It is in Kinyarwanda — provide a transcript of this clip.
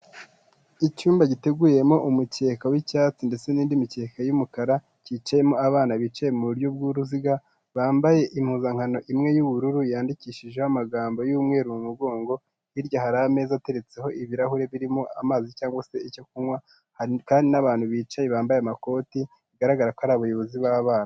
Icyumba giteguyemo umukeka w'icyatsi ndetse n'indi mikeke y'umukara cyicayemo abana bicaye mu buryo bw'uruziga, bambaye impuzankano imwe y'ubururu yandikishijeho amagambo y'umweru mu mugongo, hirya hari ameza ateretseho ibirahuri birimo amazi cyangwa se icyo kunywa, hari kandi n'abantu bicaye bambaye amakoti bigaragara ko ari abayobozi b'abana.